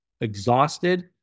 exhausted